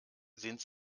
sind